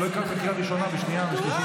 לא אקרא אותך לסדר קריאה ראשונה ושנייה ושלישית?